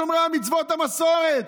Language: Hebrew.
שומרי המצוות והמסורת?